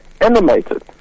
animated